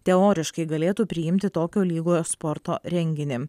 teoriškai galėtų priimti tokio lygo sporto renginį